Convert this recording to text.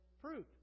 fruit